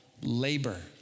labor